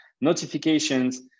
notifications